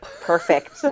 perfect